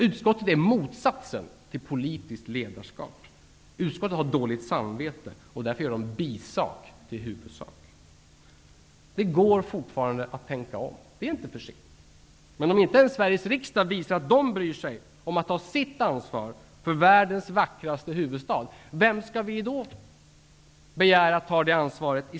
Utskottet visar motsatsen till politiskt ledarskap. Utskottet har dåligt samvete, och därför gör dom en bisak till huvudsak. Det går fortfarande att tänka om. Det är inte för sent! Men om inte Sveriges riksdag visar att den bryr sig om att ta sitt ansvar för världens vackraste huvudstad, vem skall vi då begära att ta detta ansvar?